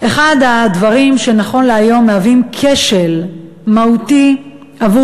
אחד הדברים שנכון להיום הם כשל מהותי עבור